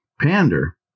pander